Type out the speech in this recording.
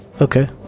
Okay